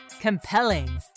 compelling